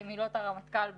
כמילות הרמטכ"ל בציטוט.